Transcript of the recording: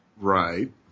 Right